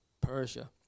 Persia